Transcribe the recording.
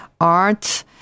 art